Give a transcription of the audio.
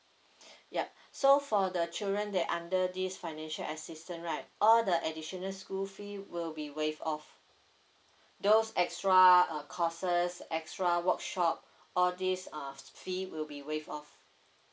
yup so for the children that under this financial assistance right the additional school fee will be waive off those extra uh courses extra workshop all these uh fee will be waive off